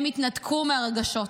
הם התנתקו מהרגשות,